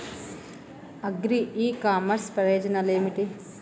Agri e commerce ప్రయోజనాలు ఏమిటి?